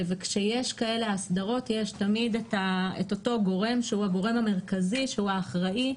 כשיש כאלה אסדרות יש תמיד את אותו גורם שהוא הגורם המרכזי שהוא האחראי.